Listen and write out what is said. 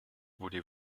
voulez